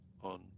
on